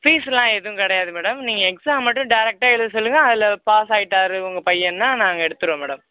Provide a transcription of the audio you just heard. ஃபீஸெல்லாம் எதுவும் கிடையாது மேடம் நீங்கள் எக்ஸாம் மட்டும் டேரக்ட்டாக எழுத சொல்லுங்கள் அதில் பாஸ் ஆயிட்டார் உங்கள் பையன்னா நாங்கள் எடுத்துவிடுவோம் மேடம்